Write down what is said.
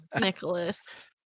nicholas